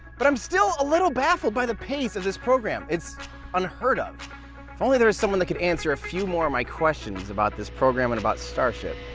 but, i'm still a little baffled by the pace of this program, it's unheard of. if only there was someone that could answer a few more of my questions about this program and about starship.